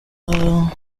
rwanda